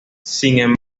sin